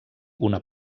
una